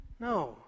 No